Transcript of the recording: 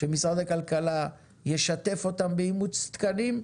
שמשרד הכלכלה ישתף אותם באימוץ תקנים,